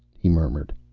he murmured.